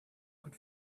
could